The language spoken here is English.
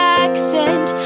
accent